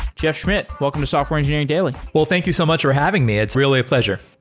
jeff schmidt, welcome to software engineering daily well, thank you so much for having me. it's really a pleasure.